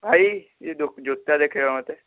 ଭାଇ ଏ ଜୋତା ଦେଖେଇବ ମୋତେ